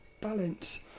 balance